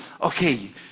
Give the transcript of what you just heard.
okay